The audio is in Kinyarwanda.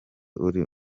uri